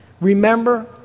remember